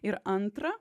ir antra